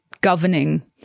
governing